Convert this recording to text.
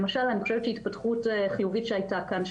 למשל אני חושבת שהתפתחות חיובית שהיתה כאן,